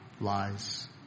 lies